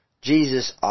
Jesus